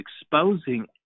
exposing